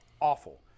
awful